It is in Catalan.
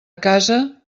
casa